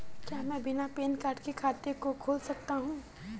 क्या मैं बिना पैन कार्ड के खाते को खोल सकता हूँ?